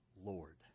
Lord